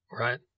Right